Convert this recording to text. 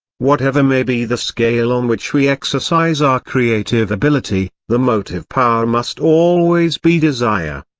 whatever may be the scale on which we exercise our creative ability, the motive power must always be desire.